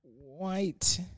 White